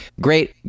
Great